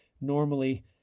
normally